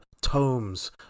tomes